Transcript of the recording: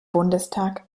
bundestag